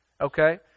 Okay